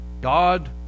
God